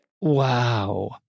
Wow